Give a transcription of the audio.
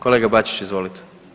Kolega Bačić, izvolite.